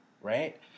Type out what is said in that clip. right